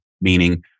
meaning